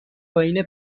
پایین